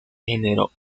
generó